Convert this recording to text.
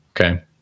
Okay